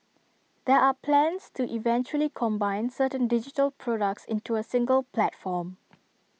there are plans to eventually combine certain digital products into A single platform